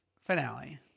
finale